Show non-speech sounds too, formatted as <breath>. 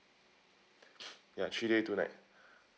<breath> ya three day two night <breath>